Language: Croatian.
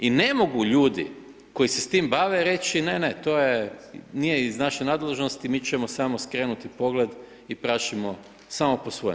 I ne mogu ljudi koji se s tim bave reći, ne, ne, to je, nije iz naše nadležnosti, mi ćemo samo skrenuti pogled i prašimo samo po svojem.